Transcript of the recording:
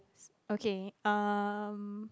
okay um